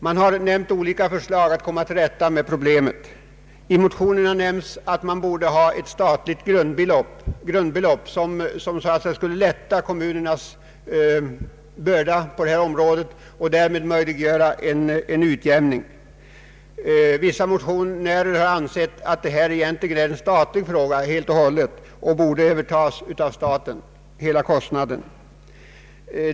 Det har framlagts olika förslag att söka komma till rätta med denna orättvisa. I vissa motioner nämns att ett statligt grundbelopp bör utgå för att lätta kommunernas börda på detta område och därmed möjliggöra en utjämning. Vissa motionärer har ansett att detta helt och hållet är en statlig fråga och att hela kostnaden bör bestridas av statsmedel.